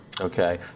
Okay